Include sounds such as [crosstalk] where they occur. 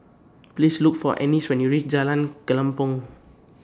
[noise] Please Look For Annis when YOU REACH Jalan Kelempong